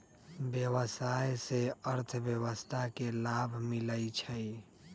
व्यवसाय से अर्थव्यवस्था के लाभ मिलइ छइ